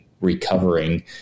recovering